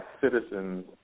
citizens